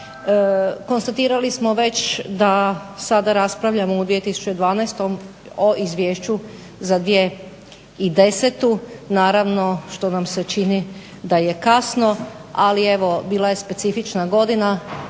Konstatirali smo već da sada raspravljamo u 2012. o izvješću za 2010. naravno što nam se čini da je kasno, ali evo bila je specifična godina